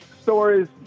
stories